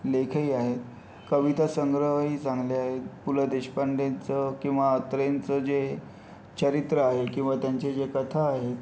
लेखही आहेत कविता संग्रह ही चांगले आहेत पु ल देशपांडेंचं किंवा अत्रेंचं जे चरित्र आहे किंवा त्यांच्या ज्या कथा आहेत